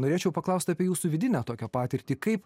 norėčiau paklaust apie jūsų vidinę tokią patirtį kaip